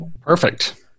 Perfect